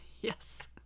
Yes